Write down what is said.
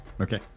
Okay